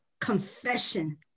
Confession